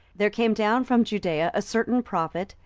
there came down from judaea a certain prophet,